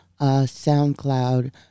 SoundCloud